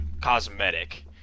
cosmetic